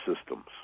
systems